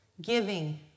giving